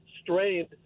strained